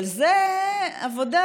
אבל זו עבודה,